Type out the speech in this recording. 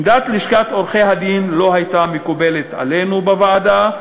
עמדת לשכת עורכי-הדין לא הייתה מקובלת עלינו בוועדה,